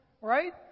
right